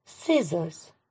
Scissors